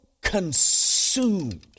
consumed